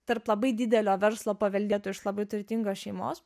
tarp labai didelio verslo paveldėtų iš labai turtingos šeimos